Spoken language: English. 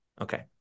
okay